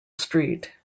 street